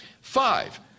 Five